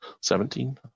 seventeen